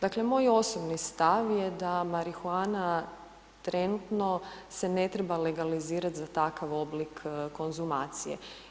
Dakle, moj osobni stav je da marihuana trenutno se ne treba legalizirati za takav oblik konzumacije.